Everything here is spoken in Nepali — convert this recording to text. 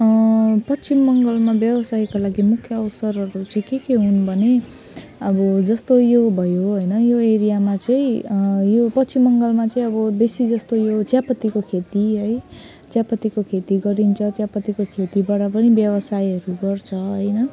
पश्चिम बङ्गालमा व्यवसायको लागि मुख्य अवसरहरू चाहिँ के के हुन् भने अब जस्तो यो भयो होइन यो एरियामा चाहिँ यो पश्चिम बङ्गालमा चाहिँ अब बेसी जस्तो यो चियापत्तीको खेती है चियापत्तीको खेती गरिन्छ चियापत्तीको खेतीबाट पनि व्यवसायहरू गर्छ होइन